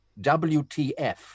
WTF